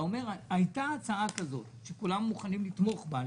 ואומר שהייתה הצעה כזאת שכולם מוכנים לתמוך בה,